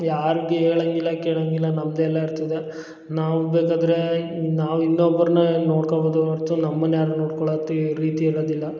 ಯಾರ್ಗೆ ಹೇಳಂಗಿಲ್ಲ ಕೇಳಂಗಿಲ್ಲ ನಮ್ಮದೇ ಎಲ್ಲ ಇರ್ತದೆ ನಾವು ಬೇಕಾದರೆ ನಾವು ಇನ್ನೊಬ್ಬರನ್ನ ನೋಡ್ಕೊಬೋದು ಹೊರ್ತು ನಮ್ಮನ್ನ ಯಾರು ನೋಡ್ಕೊಳೋತಿ ರೀತಿ ಇರದಿಲ್ಲ